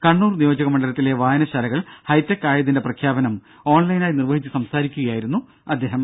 കണ്ണൂർ നിയോജക മണ്ഡലത്തിലെ വായനശാലകൾ ഹൈടെക്ക് ആയതിന്റെ പ്രഖ്യാപനം ഓൺലൈനായി നിർവഹിച്ച് സംസാരിക്കുകയായിരുന്നു അദ്ദേഹം